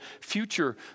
future